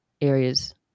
areas